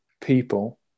people